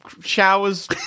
showers